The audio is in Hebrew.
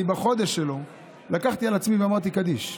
בחודש שלו לקחתי על עצמי ואמרתי קדיש,